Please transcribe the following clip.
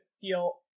feel